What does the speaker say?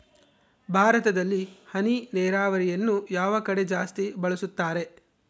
ಭಾರತದಲ್ಲಿ ಹನಿ ನೇರಾವರಿಯನ್ನು ಯಾವ ಕಡೆ ಜಾಸ್ತಿ ಬಳಸುತ್ತಾರೆ?